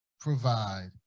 provide